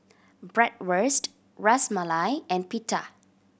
Bratwurst Ras Malai and Pita